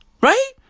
Right